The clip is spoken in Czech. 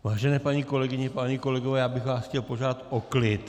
Vážené paní kolegyně, páni kolegové, já bych vás chtěl požádat o klid.